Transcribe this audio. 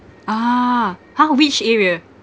ah !huh! which area